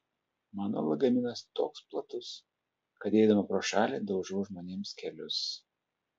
mano lagaminas toks platus kad eidama pro šalį daužau žmonėms kelius